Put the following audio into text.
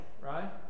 Right